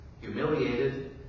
humiliated